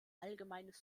allgemeines